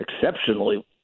exceptionally